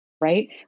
right